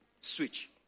switch